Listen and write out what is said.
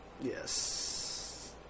Yes